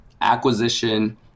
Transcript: acquisition